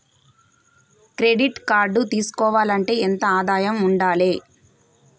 Credit card తీసుకోవాలంటే ఎంత ఆదాయం ఉండాలే?